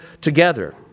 together